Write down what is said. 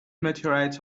meteorites